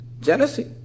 jealousy